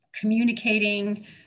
communicating